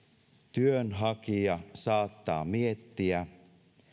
työnhakija saattaa miettiä